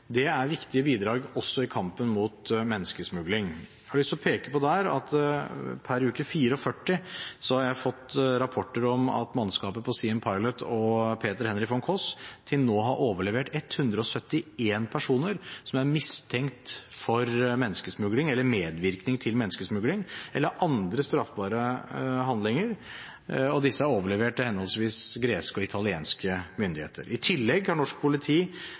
Det er viktige bidrag også i kampen mot menneskesmugling. Jeg har lyst til å peke på at per uke 44 har jeg fått rapporter om at mannskapene på Siem Pilot og Peter Henry von Koss til nå har overlevert 171 personer som er mistenkt for menneskesmugling eller medvirkning til menneskesmugling eller andre straffbare handlinger. Disse er overlevert til henholdsvis greske og italienske myndigheter. I tillegg har norsk politi